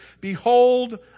behold